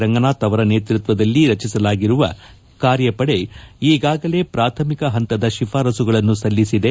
ರಂಗನಾಥ್ ಅವರ ನೇತೃತ್ವದಲ್ಲಿ ರಚಿಸಲಾಗಿರುವ ಕಾರ್ಯಪಡೆ ಈಗಾಗಲೇ ಪ್ರಾಥಮಿಕ ಪಂತದ ಶಿಫಾರಸುಗಳನ್ನು ಸಲ್ಲಿಸಿದೆ